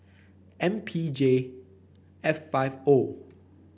M P J F five O